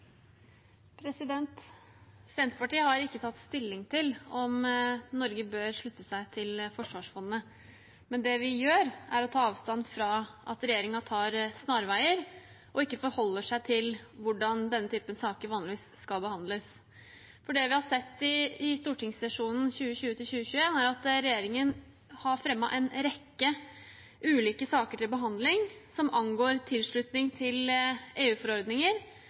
i. Senterpartiet har ikke tatt stilling til om Norge bør slutte seg til forsvarsfondet, men det vi gjør, er å ta avstand fra at regjeringen tar snarveier og ikke forholder seg til hvordan denne typen saker vanligvis skal behandles. For det vi har sett i stortingssesjonen for 2020–2021, er at regjeringen har fremmet en rekke ulike saker til behandling som angår tilslutning til